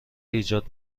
ایجاد